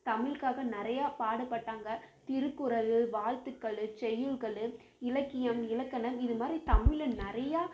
தமிழுக்காக நிறையா பாடுப்பட்டாங்க திருக்குறள் வாழ்த்துக்கள் செய்யுள்கள் இலக்கியம் இலக்கணம் இது மாதிரி தமிழில் நிறையா